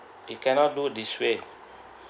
you cannot do this way